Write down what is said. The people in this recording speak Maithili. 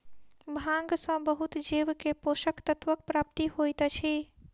भांग सॅ बहुत जीव के पोषक तत्वक प्राप्ति होइत अछि